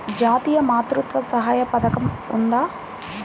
జాతీయ మాతృత్వ సహాయ పథకం ఉందా?